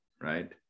right